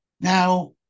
Now